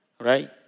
Right